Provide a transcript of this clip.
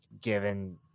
given